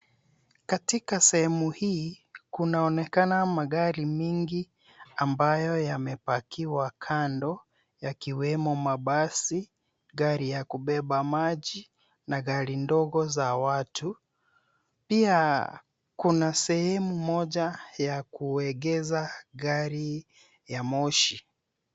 Katika sehemu hii kunaonekana magari mingi ambayo yamepakiwa kando, yakiwemo: mabasi, gari ya kubeba maji na gari ndogo za watu. Pia kuna sehemu moja ya kuegesha gari ya moshi.